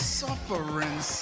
suffering